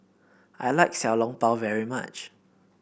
I like Xiao Long Bao very much